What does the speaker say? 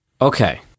Okay